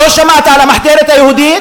לא שמעת על המחתרת היהודית?